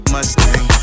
Mustang